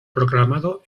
proclamado